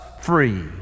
free